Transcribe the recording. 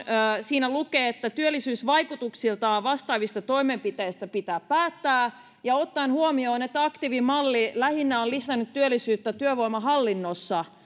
siinä lukee että työllisyysvaikutuksiltaan vastaavista toimenpiteistä pitää päättää ja ottaen huomioon että aktiivimalli on lisännyt työllisyyttä lähinnä työvoimahallinnossa